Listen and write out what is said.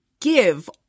give